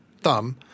thumb